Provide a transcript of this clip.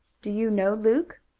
do you know luke?